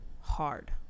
hard